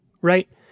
right